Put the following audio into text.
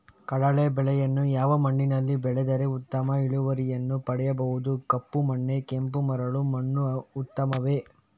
ಕಡಲೇ ಬೆಳೆಯನ್ನು ಯಾವ ಮಣ್ಣಿನಲ್ಲಿ ಬೆಳೆದರೆ ಉತ್ತಮ ಇಳುವರಿಯನ್ನು ಪಡೆಯಬಹುದು? ಕಪ್ಪು ಮಣ್ಣು ಕೆಂಪು ಮರಳು ಮಣ್ಣು ಉತ್ತಮವೇ?